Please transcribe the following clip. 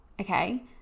Okay